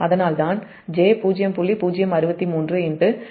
அதனால் தான் j0